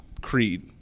Creed